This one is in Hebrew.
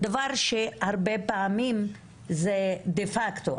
דבר שהרבה פעמים זה דפקטו.